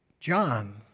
John